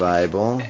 Bible